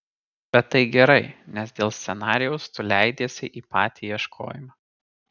bet tai gerai nes dėl scenarijaus tu leidiesi į patį ieškojimą